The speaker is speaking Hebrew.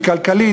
היא כלכלית,